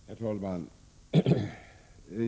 Herr talman!